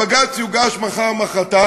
הבג"ץ יוגש מחר-מחרתיים.